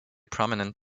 prominent